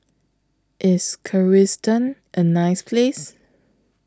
IS Kyrgyzstan A nice Place